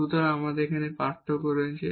সুতরাং আমরা এই পার্থক্য করছি